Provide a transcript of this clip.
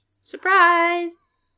Surprise